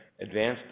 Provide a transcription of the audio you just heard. Advanced